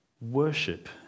Worship